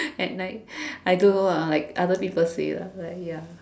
at night I don't know lah like other people say lah like ya